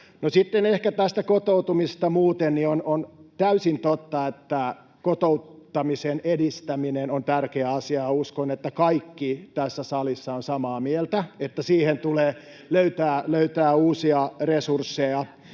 sitten ehkä tästä kotoutumisesta muuten: On täysin totta, että kotouttamisen edistäminen on tärkeä asia, ja uskon, että kaikki tässä salissa ovat samaa mieltä, että siihen tulee löytää uusia resursseja